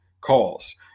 calls